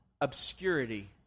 obscurity